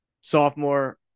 sophomore –